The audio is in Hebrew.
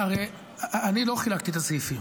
הרי אני לא חילקתי את הסעיפים.